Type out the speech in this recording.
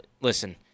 listen